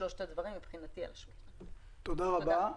תודה רבה.